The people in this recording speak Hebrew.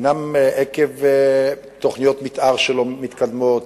עקב תוכניות מיתאר שלא מתקדמות,